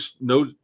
no